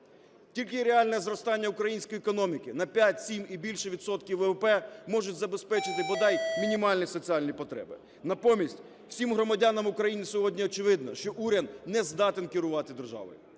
Тільки реальне зростання української економіки на 5-7 і більше відсотків ВВП можуть забезпечити бодай мінімальні соціальні потреби. Натомість всім громадянам України сьогодні очевидно, що уряд не здатен керувати державою.